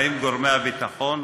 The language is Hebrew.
שבאים גורמי הביטחון,